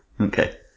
Okay